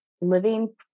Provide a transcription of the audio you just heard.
living